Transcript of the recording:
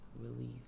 relief